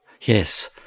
Yes